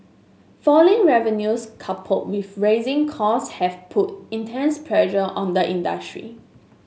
falling revenues coupled with rising costs have put intense pressure on the industry